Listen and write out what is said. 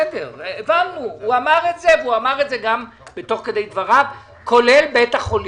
והוא אמר את זה תוך כדי דבריו, כולל בית החולים.